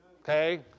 Okay